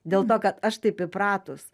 dėl to kad aš taip įpratus